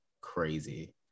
crazy